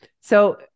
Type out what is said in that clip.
So-